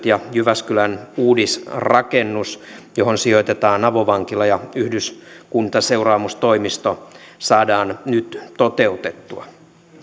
ja jyväskylän uudisrakennus johon sijoitetaan avovankila ja yhdyskuntaseuraamustoimisto saadaan nyt toteutettua